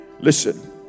Listen